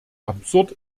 absurd